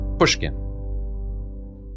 Pushkin